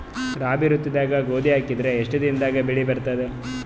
ರಾಬಿ ಋತುದಾಗ ಗೋಧಿ ಹಾಕಿದರ ಎಷ್ಟ ದಿನದಾಗ ಬೆಳಿ ಬರತದ?